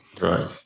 right